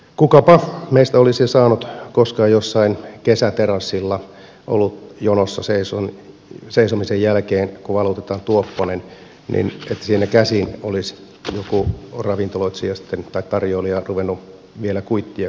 kukapa meistä olisi saanut koskaan jossain kesäterassilla olutjonossa seisomisen jälkeen kun valutetaan tuopponen kuitin niin että siinä käsin olisi joku ravintoloitsija tai tarjoilija sitten ruvennut vielä kuittia kirjoittelemaan